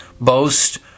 boast